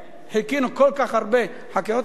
חיכינו כל כך הרבה, נחכה עוד חודשיים.